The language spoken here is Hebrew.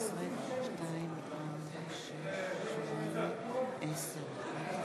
הטענות הקשות של בני העדה האתיופית על אפליה,